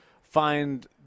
find